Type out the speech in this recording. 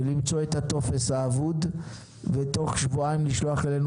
למצוא את הטופס האבוד ותוך שבועיים לשלוח אלינו